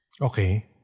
Okay